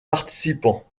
participants